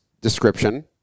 description